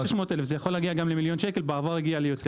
זה יכול להגיע גם למיליון שקל - בעבר הגיע ליותר.